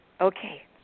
Okay